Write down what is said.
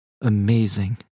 Amazing